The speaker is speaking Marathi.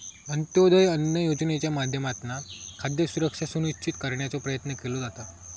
अंत्योदय अन्न योजनेच्या माध्यमातना खाद्य सुरक्षा सुनिश्चित करण्याचो प्रयत्न केलो जाता